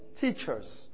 Teachers